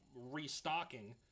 restocking